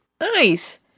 Nice